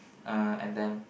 uh and then